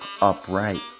upright